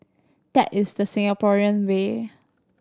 that is the Singaporean way